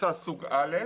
בוצה סוג א'.